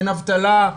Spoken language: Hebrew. אין אבטלה,